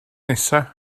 nesa